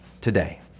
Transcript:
today